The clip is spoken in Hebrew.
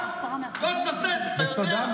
בסודם --- ובכל זאת --- לא, צטט, אתה יודע.